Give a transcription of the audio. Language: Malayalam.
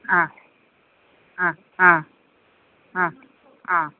ആ ആ ആ ആ ആ